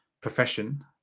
profession